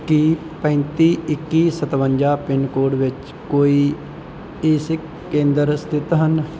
ਕੀ ਪੈਂਤੀ ਇੱਕੀ ਸਤਵੰਜਾ ਪਿਨ ਕੋਡ ਵਿੱਚ ਕੋਈ ਐਸਿਕ ਕੇਂਦਰ ਸਥਿਤ ਹਨ